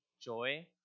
joy